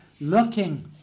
looking